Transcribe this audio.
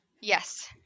Yes